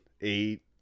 eight